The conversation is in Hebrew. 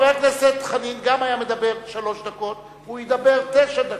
חבר הכנסת חנין גם היה מדבר שלוש דקות והוא ידבר תשע דקות.